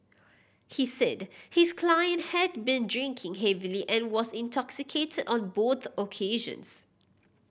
he said his client had been drinking heavily and was intoxicated on both occasions